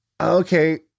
okay